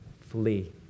Flee